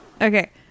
Okay